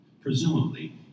Presumably